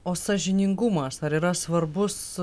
o sąžiningumas ar yra svarbus